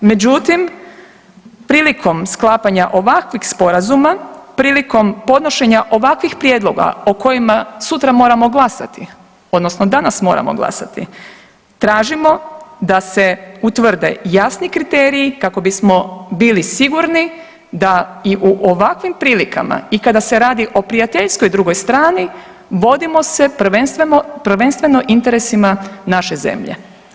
Međutim, prilikom sklapanja ovakvih sporazuma, prilikom podnošenja ovakvih prijedloga o kojima sutra moramo glasati odnosno danas moramo glasati tražimo da se utvrde jasni kriteriji kako bismo bili sigurni da i u ovakvim prilikama i kada se radi o prijateljskoj drugoj strani vodimo se prvenstveno interesima naše zemlje.